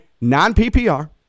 non-PPR